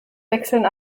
wechseln